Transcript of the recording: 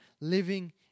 living